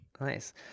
Nice